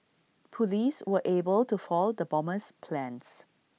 Police were able to foil the bomber's plans